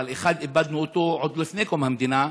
אבל אחד איבדנו עוד לפני קום המדינה.